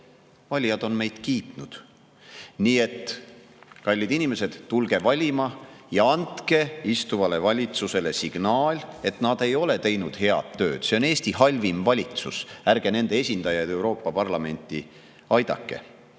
valijad on neid kiitnud. Nii et, kallid inimesed, tulge valima ja andke valitsusele signaal, et nad ei ole teinud head tööd. See on Eesti halvim valitsus, ärge nende esindajaid Euroopa Parlamenti aidake! Ja